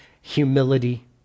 humility